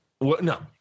No